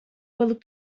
balık